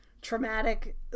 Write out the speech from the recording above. traumatic